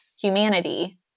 humanity